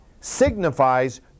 signifies